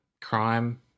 crime